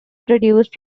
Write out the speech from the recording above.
produced